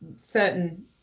certain